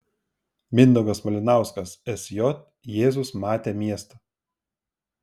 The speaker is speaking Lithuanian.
mindaugas malinauskas sj jėzus matė miestą